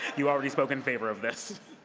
you already spoke in favor of this.